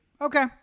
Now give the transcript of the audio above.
okay